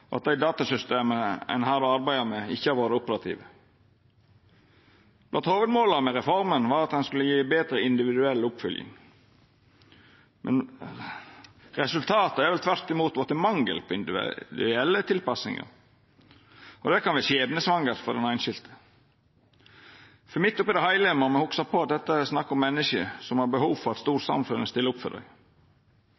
og at dei datasystema ein har arbeidd med, ikkje har vore operative. Blant hovudmåla med reforma var at ho skulle gje betre individuell oppfølging. Resultatet har tvert imot vorte mangel på individuell tilpassing. Det kan vera skjebnesvangert for den einskilde. For midt oppi det heile må me hugsa på at det er snakk om menneske som har behov for at